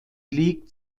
liegt